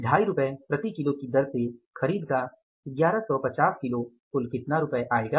25 रूपए प्रति किलो की दर से खरीद का 1150 किलो कुल कितना रूपए होगा